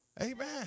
Amen